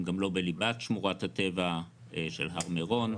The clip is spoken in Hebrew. הם גם לא בליבת שמורת הטבע של הר מירון.